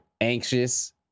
anxious